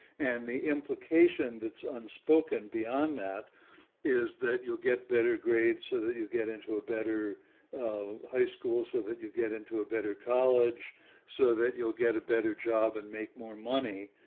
and the implication that's unspoken beyond that is that you'll get better grades so that you get into a better um high school so that you get into a better college so that you'll get a better job and make more money.